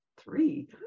three